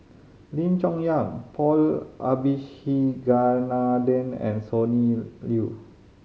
Lim Chong Yah Paul Abisheganaden and Sonny Liew